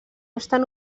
estan